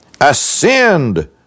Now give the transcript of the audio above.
Ascend